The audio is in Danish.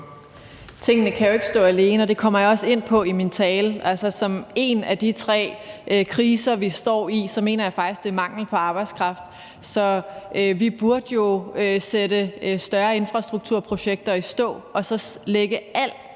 Tingene kan jo ikke stå alene, og det kom jeg også ind på i min tale. En af de tre kriser, vi står i, mener jeg faktisk er mangel på arbejdskraft. Så vi burde jo sætte større infrastrukturprojekter i stå og sætte al